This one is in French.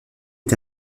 est